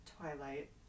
Twilight